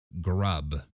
grub